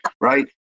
right